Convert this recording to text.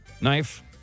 knife